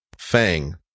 Fang